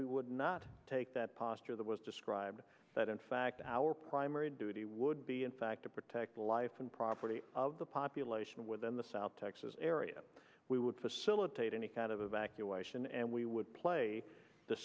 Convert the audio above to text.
we would not take that posture that was described that in fact our primary duty would be in fact to protect the life and property of the population within the south texas area we would facilitate any kind of evacuation and we would play the